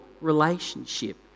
relationship